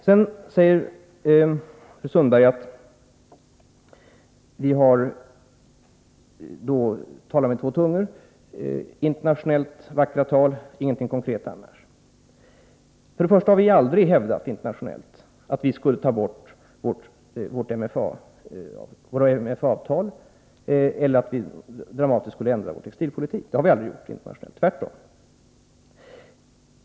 Sedan säger fru Sundberg att vi talar med två tungor — internationellt framför vi vackra tal men gör ingenting konkret. Vi har internationellt aldrig hävdat att vi skulle ta bort våra MFA-avtal eller att vi dramatiskt skulle ändra vår textilpolitik. Det förhåller sig tvärtom.